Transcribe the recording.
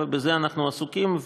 ובזה אנחנו עסוקים,